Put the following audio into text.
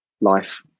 life